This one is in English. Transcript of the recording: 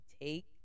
take